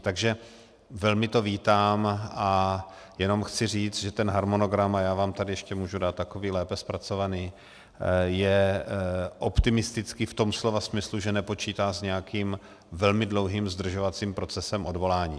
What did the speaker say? Takže velmi to vítám a jenom chci říct, že ten harmonogram, a já vám tady ještě můžu dát takový lépe zpracovaný, je optimistický v tom slova smyslu, že nepočítá s nějakým velmi dlouhým zdržovacím procesem odvolání.